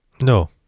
No